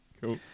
cool